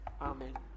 Amen